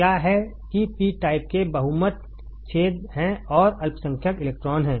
क्या है कि पी टाइप के बहुमत छेद हैं और अल्पसंख्यक इलेक्ट्रॉन हैं